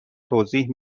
توضیح